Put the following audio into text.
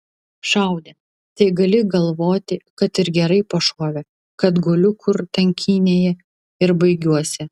šaudė tai gali galvoti kad ir gerai pašovė kad guliu kur tankynėje ir baigiuosi